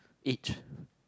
each